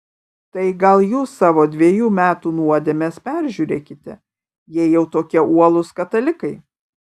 tai gal jūs savo dvejų metų nuodėmes peržiūrėkite jei jau tokie uolūs katalikai